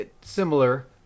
similar